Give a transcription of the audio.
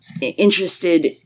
interested